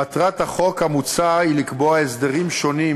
מטרת החוק המוצע היא לקבוע הסדרים שונים